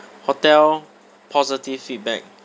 hotel positive feedback